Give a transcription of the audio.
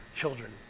children